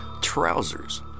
trousers